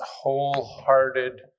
wholehearted